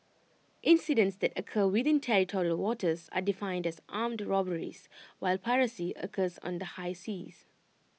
incidents that occur within territorial waters are defined as armed robberies while piracy occurs on the high seas